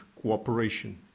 cooperation